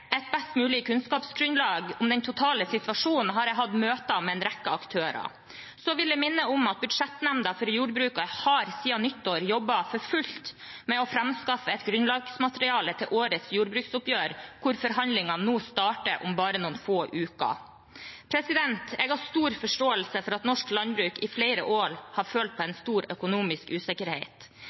et best mulig kunnskapsgrunnlag om den totale situasjonen har jeg hatt møter med en rekke aktører. Jeg vil minne om at budsjettnemnda for jordbruket siden nyttår har jobbet for fullt med å framskaffe et grunnlagsmateriale til årets jordbruksoppgjør, hvor forhandlingene nå starter om bare noen få uker. Jeg har stor forståelse for at norsk landbruk i flere år har følt på en stor økonomisk usikkerhet.